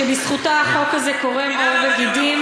שבזכותה החוק הזה קורם עור וגידים.